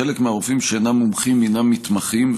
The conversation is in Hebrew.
חלק מהרופאים שאינם מומחים הם מתמחים,